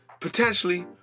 potentially